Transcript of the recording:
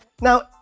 Now